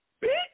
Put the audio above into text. Bitch